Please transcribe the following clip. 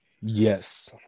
Yes